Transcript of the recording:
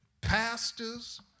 pastors